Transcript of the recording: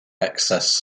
access